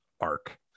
arc